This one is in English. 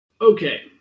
Okay